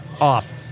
off